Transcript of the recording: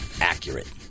Accurate